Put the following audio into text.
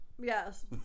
Yes